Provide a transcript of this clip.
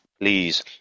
Please